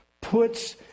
puts